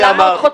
למה עוד חודשיים?